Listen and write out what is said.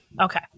okay